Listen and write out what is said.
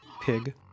pig